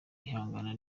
ihangana